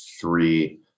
three